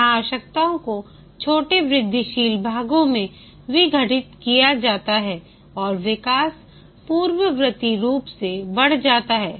यहां आवश्यकताओं को छोटे वृद्धिशील भागों में विघटित किया जाता है और विकास पूर्ववर्ती रूप से बढ़ जाता है